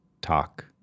talk